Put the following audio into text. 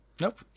nope